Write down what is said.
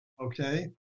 Okay